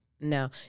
no